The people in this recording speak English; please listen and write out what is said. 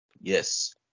yes